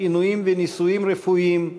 עינויים וניסויים רפואיים,